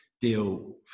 deal